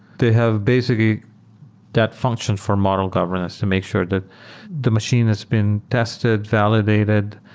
they have basically that function for model governance to make sure that the machine has been tested, validated,